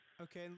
Okay